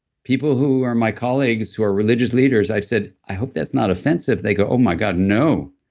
people who are my colleagues who are religious leaders, i said, i hope that's not offensive. they go, oh my god, no.